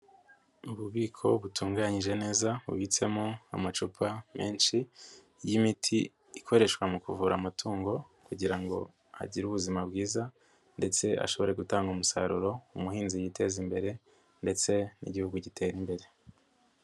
Ububiko butunganyije neza bubitsemo amacupa menshi y'imiti ikoreshwa mu kuvura amatungo kugira ngo agire ubuzima bwiza ndetse ashobore gutanga umusaruro umuhinzi yiteze imbere ndetse n'Igihugu gitere imbere.